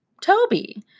Toby